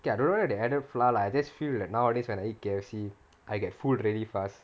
okay I don't know if they added flour lah I just feel like nowadays when I eat K_F_C I get full really fast